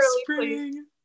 spring